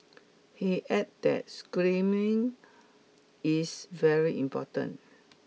he add that screening is very important